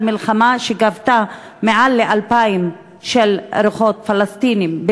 מלחמה שגבתה יותר מ-2,000 נפשות פלסטינים,